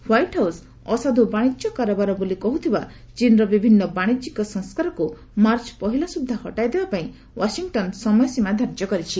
white House ଅସାଧୁ ବାଣିଜ୍ୟ କାରବାର ବୋଲି କହ୍ରଥିବା ଚୀନର ବିଭିନ୍ନ ବାଶିଜ୍ୟିକ ସଂସ୍କାରକ୍ତ ମାର୍ଚ୍ଚ ପହିଲା ସ୍ରଦ୍ଧା ହଟାଇଦେବା ପାଇଁ ୱାଶିଂଟନ୍ ସମୟ ସୀମା ଧାର୍ଯ୍ୟ କର୍ରଛି